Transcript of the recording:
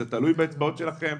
זה תלוי באצבעות שלכם,